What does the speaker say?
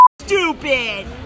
stupid